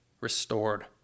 restored